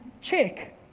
check